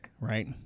right